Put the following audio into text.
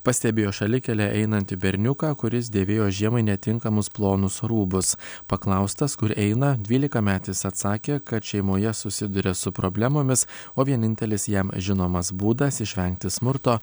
pastebėjo šalikele einantį berniuką kuris dėvėjo žiemai netinkamus plonus rūbus paklaustas kur eina dvylikametis atsakė kad šeimoje susiduria su problemomis o vienintelis jam žinomas būdas išvengti smurto